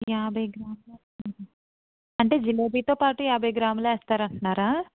యాభై గ్రాములు నా అంటున్నారా జిలేబీతో పాటు యాభై గ్రాములు వేస్తా అంటున్నారా